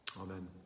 Amen